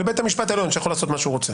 זה בית המשפט העליון שיכול לעשות מה שהוא רוצה.